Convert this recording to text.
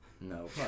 no